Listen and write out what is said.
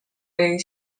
jej